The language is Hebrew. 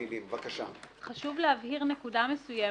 חשוב להבהיר נקודה מסוימת: